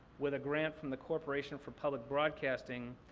with a grant from the corporation for public broadcasting,